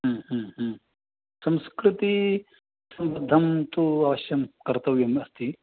संस्कृतिसम्बद्धन्तु अवश्यं कर्तव्यम् अस्ति